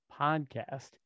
podcast